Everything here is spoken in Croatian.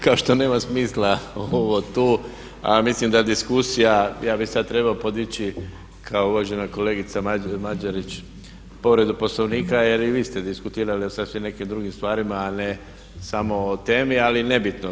Kao što nema smisla ovo tu, a mislim da diskusija ja bih sad trebao podići kao uvažena kolegica Mađerić povredu Poslovnika jer i vi ste diskutirali o sasvim nekim drugim stvarima a ne samo o temi ali nebitno.